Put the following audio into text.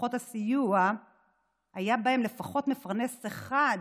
נתמכות הסיוע היה בהן לפחות מפרנס אחד,